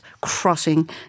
crossing